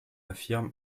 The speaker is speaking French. affirme